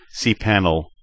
cPanel